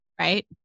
Right